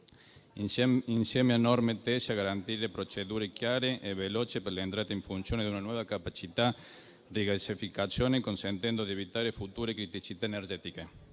insieme a norme tese a garantire procedure chiare e veloci per l'entrata in funzione di una nuova capacità di rigassificazione, consentendo di evitare future criticità energetiche.